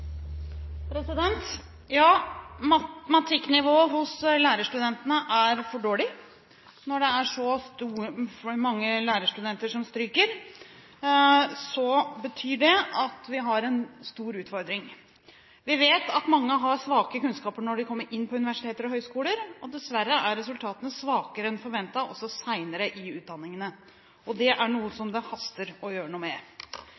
Ja, matematikknivået hos lærerstudentene er for dårlig. Når det er så mange lærerstudenter som stryker, betyr det at vi har en stor utfordring. Vi vet at mange har svake kunnskaper når de kommer inn på universiteter og høyskoler, og dessverre er resultatene svakere enn forventet også senere i utdanningene. Det er noe som det haster å gjøre noe med.